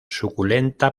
suculenta